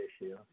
issue